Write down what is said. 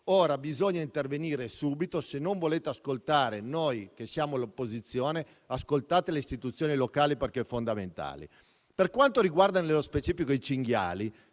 Bisogna intervenire subito; se non volete ascoltare noi che siamo l'opposizione, ascoltate le istituzioni locali, perché sono fondamentali. Per quanto riguarda nello specifico i cinghiali,